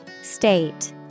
State